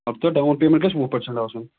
اَلبتہ down payment گژھِ وُہ پٔرسنٛٹ آسُن